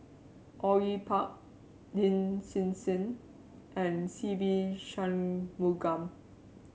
Au Yue Pak Lin Hsin Hsin and Se Ve Shanmugam